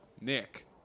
Nick